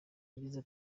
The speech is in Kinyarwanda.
yagize